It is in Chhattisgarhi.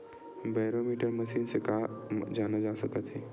बैरोमीटर मशीन से का जाना जा सकत हे?